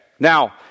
Now